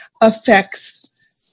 affects